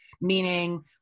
meaning